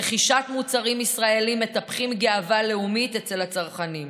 רכישת מוצרים מטפחת גאווה לאומית אצל הצרכנים.